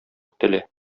көтелә